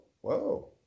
whoa